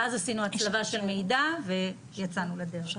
ואז עשינו הצלבה של מידע ויצאנו לדרך.